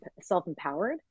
self-empowered